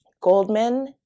Goldman